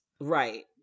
right